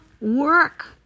work